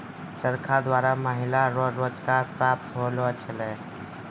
चरखा द्वारा महिलाओ रो रोजगार प्रप्त होलौ छलै